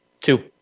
two